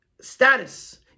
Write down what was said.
status